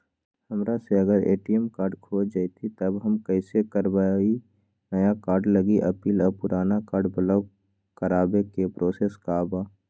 हमरा से अगर ए.टी.एम कार्ड खो जतई तब हम कईसे करवाई नया कार्ड लागी अपील और पुराना कार्ड ब्लॉक करावे के प्रोसेस का बा?